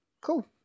Cool